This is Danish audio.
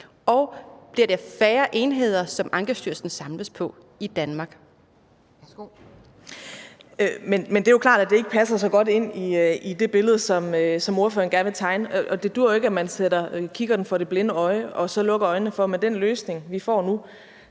og indenrigsministeren (Astrid Krag): Men det er jo klart, at det ikke passer så godt ind i det billede, som ordføreren gerne vil tegne. Det duer jo ikke, at man sætter kikkerten for det blinde øje og lukker øjnene for, at med den løsning, vi får nu,